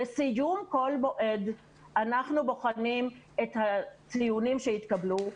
בסיום כל מועד אנחנו בוחנים את הציונים שהתקבלו,